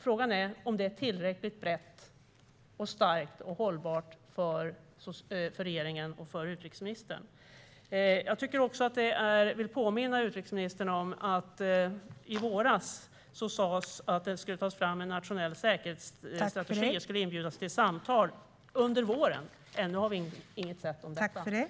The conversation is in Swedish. Frågan är om det är tillräckligt brett, starkt och hållbart för regeringen och utrikesministern. Jag vill även påminna utrikesministern om att det i våras sas att det skulle tas fram en nationell säkerhetsstrategi. Det skulle inbjudas till samtal om det under våren. Ännu har vi inget sett av detta.